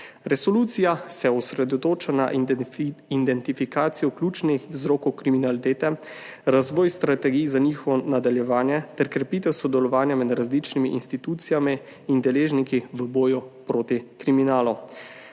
Resolucija se osredotoča na identifikacijo ključnih vzrokov kriminalitete, razvoj strategij za njihovo nadaljevanje ter krepitev sodelovanja med različnimi institucijami in deležniki v boju proti kriminalu.